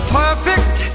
perfect